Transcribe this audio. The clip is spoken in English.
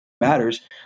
matters